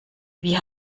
wie